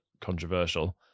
controversial